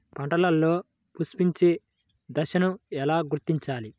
పంటలలో పుష్పించే దశను ఎలా గుర్తించాలి?